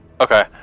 Okay